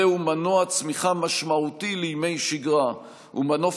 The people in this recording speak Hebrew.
זהו מנוע צמיחה משמעותי לימי שגרה ומנוף